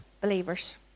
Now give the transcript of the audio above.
believers